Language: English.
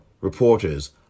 reporters